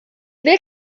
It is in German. will